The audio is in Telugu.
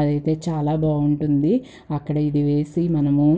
అదైతే చాలా బాగుంటుంది అక్కడిది వేసి మనము